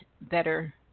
better